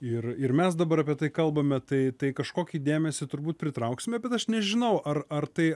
ir ir mes dabar apie tai kalbame tai tai kažkokį dėmesį turbūt pritrauksime bet aš nežinau ar ar tai